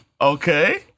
Okay